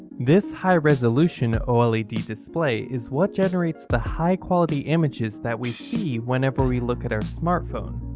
this high-resolution oled display is what generates the high-quality images that we see whenever we look at our smartphone.